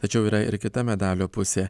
tačiau yra ir kita medalio pusė